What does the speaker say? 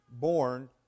born